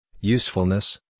usefulness